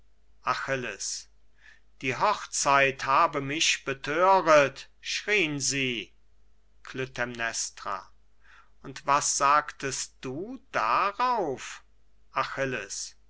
achilles die hochzeit habe mich bethöret schrien sie klytämnestra und was sagtest du darauf achilles